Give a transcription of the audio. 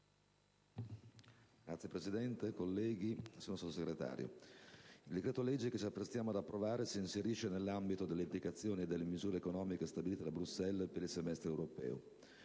onorevoli colleghi, signor Sottosegretario, il decreto-legge che ci apprestiamo a convertire si inserisce nell'ambito delle indicazioni e delle misure economiche stabilite da Bruxelles per il semestre europeo: